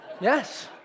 Yes